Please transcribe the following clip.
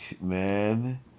man